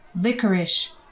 licorice